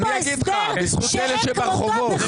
אני אגיד לך, בזכות אלה שברחובות.